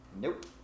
Nope